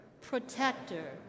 protector